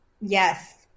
Yes